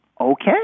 Okay